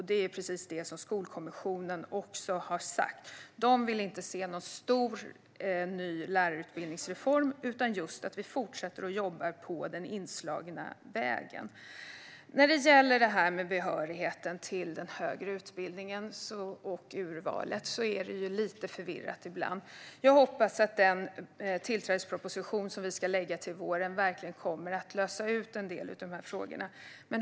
Det är precis det Skolkommissionen har sagt - man vill inte se någon stor ny lärarutbildningsreform, utan man vill att vi fortsätter jobba på den inslagna vägen. När det gäller behörigheten till den högre utbildningen och urvalet dit blir det lite förvirrat ibland. Jag hoppas att den tillträdesproposition vi ska lägga fram till våren kommer att lösa en del av frågorna.